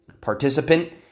participant